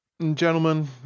Gentlemen